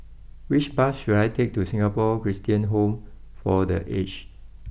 which bus should I take to Singapore Christian Home for the Aged